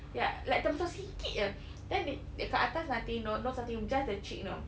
ya like termasuk sikit jer then di~ dekat atas nothing you know nose nothing just the cheek you know